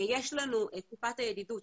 יש לנו את קופת הידידות,